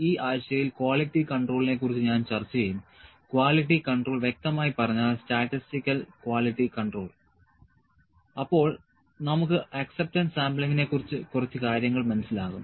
ഈ ആഴ്ചയിൽ ക്വാളിറ്റി കൺട്രോളിനെ കുറിച്ച് ഞാൻ ചർച്ച ചെയ്യും ക്വാളിറ്റി കൺട്രോൾ വ്യക്തമായി പറഞ്ഞാൽ സ്റ്റാറ്റിസ്റ്റിക്കൽ ക്വാളിറ്റി കൺട്രോൾ അപ്പോൾ നമുക്ക് അക്സപ്റ്റൻസ് സാംപ്ലിങ്ങിനെ കുറിച്ച് കുറച്ച് കാര്യങ്ങൾ മനസിലാകും